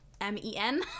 M-E-N